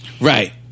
Right